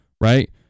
right